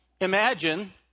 imagine